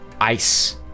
ice